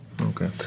Okay